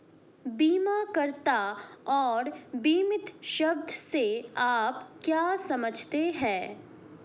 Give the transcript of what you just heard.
बीमाकर्ता और बीमित शब्द से आप क्या समझते हैं?